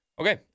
Okay